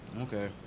okay